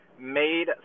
made